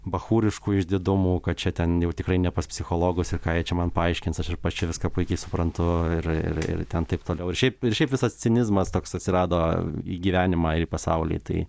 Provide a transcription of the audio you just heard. bachūryškų išdidumų kad čia ten jau tikrai ne pas psichologus ir ką jie čia man paaiškins aš ir pats čia viską puikiai suprantu ir ir ir ir ten taip toliau ir šiaip ir šiaip visas cinizmas toks atsirado į gyvenimą į pasaulį tai